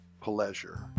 pleasure